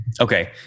Okay